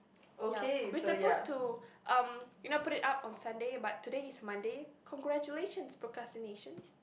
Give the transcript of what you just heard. ya we suppose to um you know put it up on Sunday but today is Monday congratulations procrastination